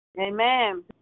Amen